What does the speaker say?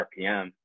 RPM